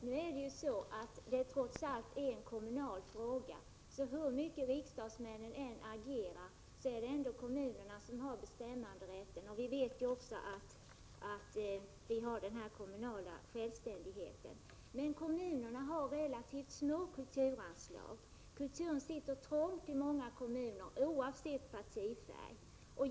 Herr talman! Detta är trots allt en kommunal fråga, så hur mycket riksdagsmännen än agerar är det ändå kommunerna som har bestämmanderätten, genom den kommunala självständigheten. Men kommunen har relativt små kulturanslag. Kulturen sitter trångt i många kommuner, oavsett partifärg.